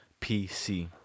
PC